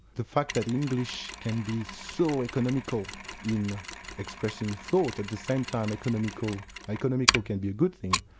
the fact that english can be so economical in expressing thought, at the same time economical economical can be a good thing,